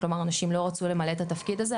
אנשים לא רצו למלא את התפקיד הזה,